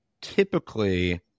typically